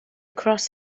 cross